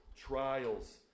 trials